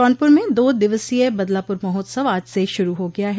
जौनपुर में दो दिवसीय बदलापुर महोत्सव आज से श्रू हो गया है